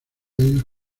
años